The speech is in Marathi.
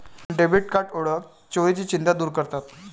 डेबिट कार्ड ओळख चोरीची चिंता दूर करतात